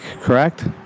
correct